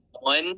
one